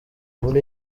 muri